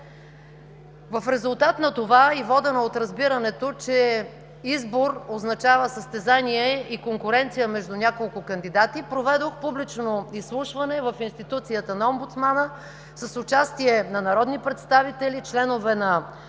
В резултат на това и водена от разбирането, че избор означава състезание и конкуренция между няколко кандидати, проведох публично изслушване в институцията на омбудсмана с участие на народни представители, членове на